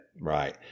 Right